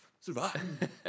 Survive